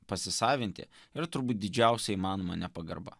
pasisavinti yra turbūt didžiausia įmanoma nepagarba